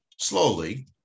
slowly